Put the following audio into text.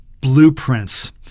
blueprints